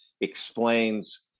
explains